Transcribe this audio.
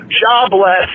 jobless